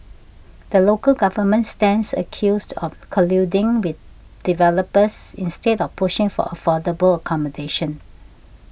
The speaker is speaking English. the local government stands accused of colluding with developers instead of pushing for affordable accommodation